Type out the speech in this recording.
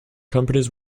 companies